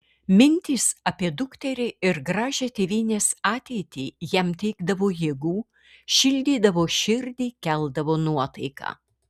mintys apie dukterį ir gražią tėvynės ateitį jam teikdavo jėgų šildydavo širdį keldavo nuotaiką